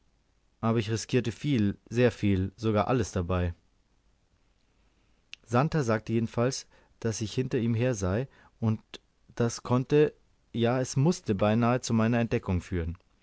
aber ich riskierte viel sehr viel sogar alles dabei santer sagte jedenfalls daß ich hinter ihm her sei und das konnte ja es mußte beinahe zu meiner entdeckung führen